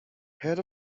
head